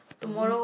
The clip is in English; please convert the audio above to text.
mmhmm